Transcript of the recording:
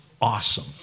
awesome